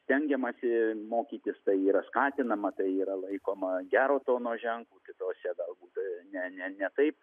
stengiamasi mokytis tai yra skatinama tai yra laikoma gero tono ženklu kitose galbūt ne ne ne taip